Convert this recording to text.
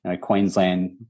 Queensland